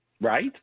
right